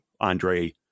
Andre